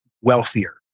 wealthier